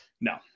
No